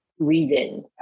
reason